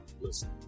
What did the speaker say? Listen